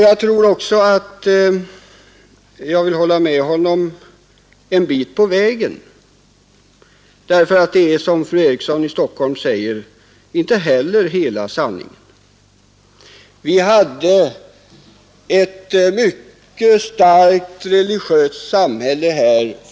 Jag kan där hålla med herr Nilsson i Agnäs, men bara ett stycke, ty som fru Eriksson i Stockholm sade är inte heller detta hela sanningen.